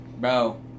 Bro